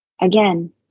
Again